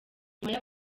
nyuma